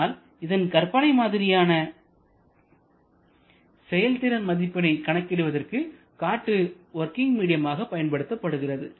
ஆனால் இதன் கற்பனை மாதிரியான செயல்திறன் மதிப்பினைக் கணக்கிடுவதற்கு காற்று வொர்கிங் மீடியம் ஆக பயன்படுத்தப்படுகிறது